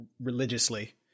religiously